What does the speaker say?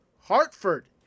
Hartford